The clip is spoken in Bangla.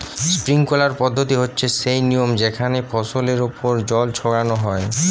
স্প্রিংকলার পদ্ধতি হচ্ছে সেই নিয়ম যেখানে ফসলের ওপর জল ছড়ানো হয়